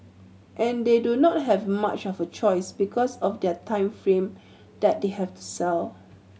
and they do not have much of a choice because of their time frame that they have to sell